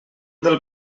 del